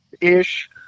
ish